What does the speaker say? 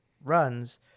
runs